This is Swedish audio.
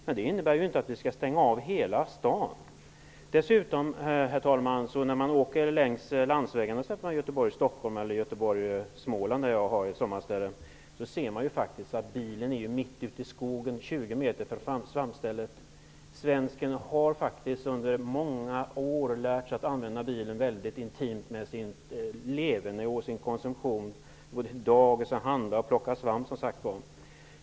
Men det innebär inte att vi skall stänga av hela staden. Herr talman! När man åker längs landsvägarna mellan Göteborg och Stockholm eller Göteborg och Småland -- där jag har ett sommarställe -- ser man t.ex. att bilen kan stå mitt ute i skogen, 20 meter från svampstället. Svensken har faktiskt under många år lärt sig att använda bilen intimt sammankopplad med sitt leverne och konsumtion. Det gäller att hämta barnen på dagis, att handla, att plocka svamp osv.